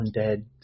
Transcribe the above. undead